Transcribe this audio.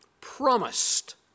promised